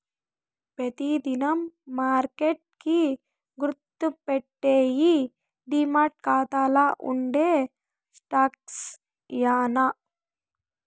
పెతి దినం మార్కెట్ కి గుర్తుపెట్టేయ్యి డీమార్ట్ కాతాల్ల ఉండే స్టాక్సే యాన్నా